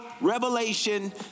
revelation